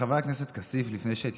חבר הכנסת כסיף,